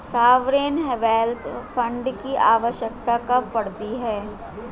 Sovereign wealth fund की आवश्यकता कब पड़ती है?